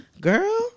girl